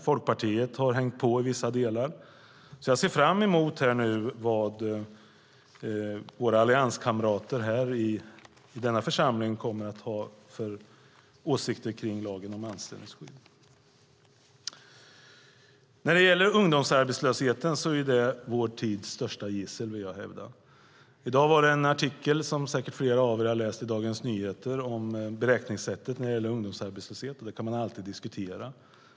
Folkpartiet har hängt på i vissa delar. Jag ser fram emot att få höra vad våra allianskamrater i denna församling har för åsikter om lagen om anställningsskydd. Ungdomsarbetslösheten är vår tids största gissel. I dag finns en artikel i Dagens Nyheter, som säkert flera av er har läst, om beräkningssättet för ungdomsarbetslöshet. Det kan man alltid diskutera.